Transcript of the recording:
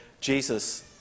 Jesus